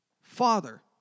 Father